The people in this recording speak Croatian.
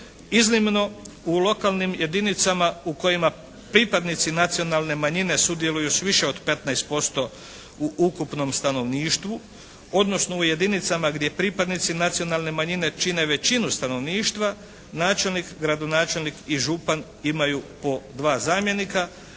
iznimno u lokalnim jedinicama u kojima pripadnici nacionalne manjine sudjeluju s više od 15% u ukupnom stanovništvu, odnosno u jedinicama gdje pripadnici nacionalne manjine čine većinu stanovništva, načelnik, gradonačelnik i župan imaju po dva zamjenika,